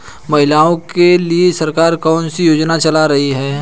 महिलाओं के लिए सरकार कौन सी योजनाएं चला रही है?